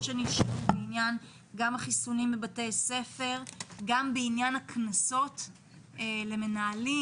שנשאלו גם לעניין החיסונים בבתי הספר וגם בעניין הקנסות למנהלים,